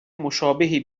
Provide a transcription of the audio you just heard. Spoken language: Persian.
مشابهی